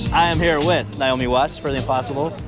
i am here with naomi watts for the impossible,